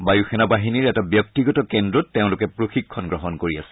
বায়ুসেনা বাহিনীৰ এটা ব্যক্তিগত কেন্দ্ৰত এওঁলোকে প্ৰশিক্ষণ লৈ আছিল